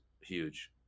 huge